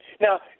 Now